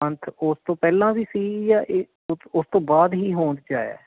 ਪੰਥ ਉਸ ਤੋਂ ਪਹਿਲਾਂ ਵੀ ਸੀ ਉਸ ਤੋਂ ਬਾਅਦ ਹੀ ਹੋਂਦ 'ਚ ਆਇਆ